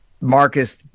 Marcus